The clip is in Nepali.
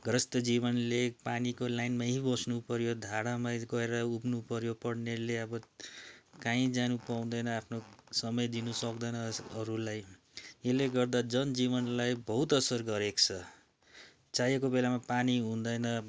ग्रस्त जीवनले पानीको लाइनमै बस्नु पऱ्यो धारामा गएर उभिनु पऱ्यो पढ्नेले अब कहीँ जानु पाउँदैन आफ्नो समय दिनु सक्दैन अरूलाई यसले गर्दा जन जीवनलाई बहुत असर गरेको छ चाहेको बेलामा पानी हुँदैन